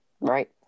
Right